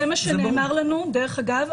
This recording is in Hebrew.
זה מה שנאמר לנו במפורש.